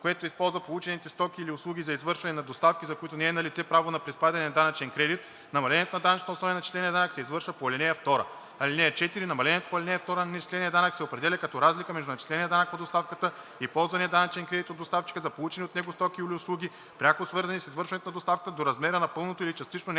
което използва получените стоки или услуги за извършване на доставки, за които не е налице право на приспадане на данъчен кредит, намалението на данъчната основа и на начисления данък се извършва по ал. 2. (4) Намалението по ал. 2 на начисления данък се определя като разлика между начисления данък по доставката и ползвания данъчен кредит от доставчика за получени от него стоки или услуги, пряко свързани с извършването на доставката, до размера на пълното или частично неплащане